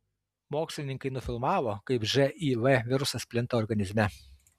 mokslininkai nufilmavo kaip živ virusas plinta organizme